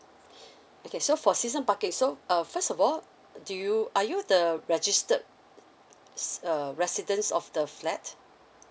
okay so for season parking so err first of all do you are you the registered err residence of the flat